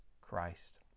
Christ